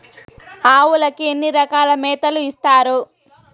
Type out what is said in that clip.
ఆవులకి ఎన్ని రకాల మేతలు ఇస్తారు?